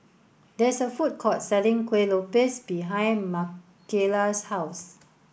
there is a food court selling Kuih Lopes behind Makayla's house